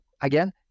Again